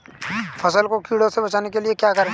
फसल को कीड़ों से बचाने के लिए क्या करें?